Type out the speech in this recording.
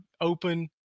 open